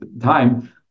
time